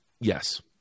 Yes